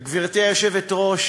גברתי היושבת-ראש,